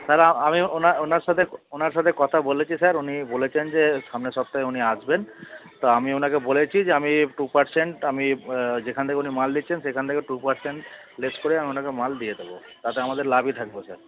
sir আমি আমি ওনার ওনার সাথে ওনার সাথে কথা বলেছি স্যার উনি বলেছেন যে সামনের সপ্তাহে উনি আসবেন তো আমি ওনাকে বলছি যে আমি টু পার্সেন্ট আমি যেখান থেকে উনি মাল দিচ্ছেন সেখান থেকে টু পার্সেন্ট লেস করে আমি ওনাকে মাল দিয়ে দেবো তাতে আমাদের লাভই থাকবে স্যার